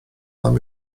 mam